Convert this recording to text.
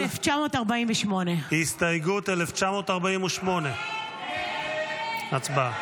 1948. הסתייגות 1948. הצבעה.